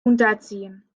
unterziehen